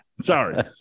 Sorry